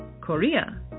Korea